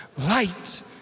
light